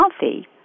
healthy